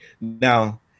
Now